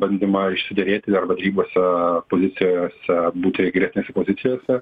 bandymą išsiderėti arba derybose pozicijose būti geresnėse pozicijose